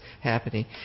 happening